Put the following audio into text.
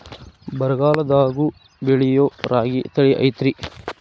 ಬರಗಾಲದಾಗೂ ಬೆಳಿಯೋ ರಾಗಿ ತಳಿ ಐತ್ರಿ?